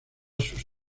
sus